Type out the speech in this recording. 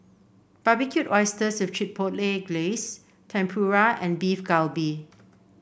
Barbecued Oysters with Chipotle Glaze Tempura and Beef Galbi